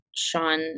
Sean